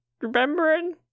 remembering